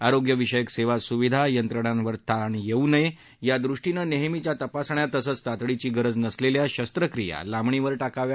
आरोग्य विषयक सद्या सुविधा यंत्रणांवर ताण यस्त नयत्रा दृष्टीनं नस्त्रीच्या तपासण्या तसंच तातडीची गरज नसलव्या शस्त्रक्रिया लांबणीवर टाकाव्या